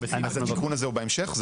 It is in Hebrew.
אז התיקון הזה הוא בהמשך?